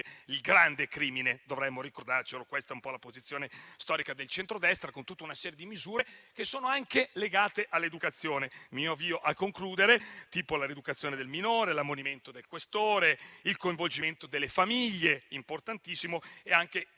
il grande crimine. Dovremmo ricordarci che questa è un po' la posizione storica del centrodestra, con tutta una serie di misure che sono anche legate all'educazione - mi avvio a concludere - tipo la rieducazione del minore, l'ammonimento del questore, il coinvolgimento delle famiglie (importantissimo), il